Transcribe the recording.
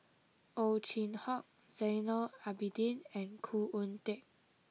Ow Chin Hock Zainal Abidin and Khoo Oon Teik